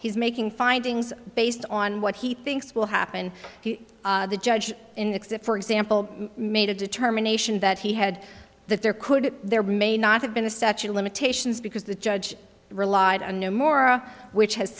he's making findings based on what he thinks will happen the judge in the for example made a determination that he had that there could there may not have been a statute of limitations because the judge relied on no more which has